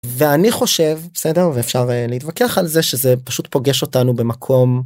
ואני חושב, בסדר, ואפשר להתווכח על זה, שזה פשוט פוגש אותנו במקום.